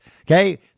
Okay